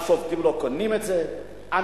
השובתים לא קונים את זה,